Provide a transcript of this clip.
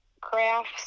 crafts